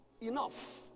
enough